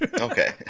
okay